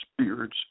spirits